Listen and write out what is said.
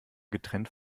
getrennt